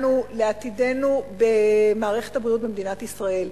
לנו, על עתידנו במערכת הבריאות במדינת ישראל.